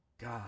God